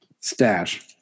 Stash